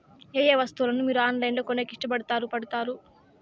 ఏయే వస్తువులను మీరు ఆన్లైన్ లో కొనేకి ఇష్టపడుతారు పడుతారు?